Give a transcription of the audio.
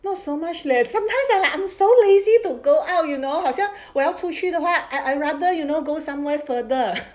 not so much leh sometimes I'm like I'm so lazy to go out you know 好像我要出去的话 I I rather you know go somewhere further